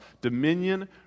dominion